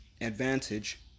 advantage